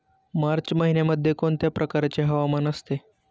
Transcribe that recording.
मार्च महिन्यामध्ये कोणत्या प्रकारचे हवामान असते?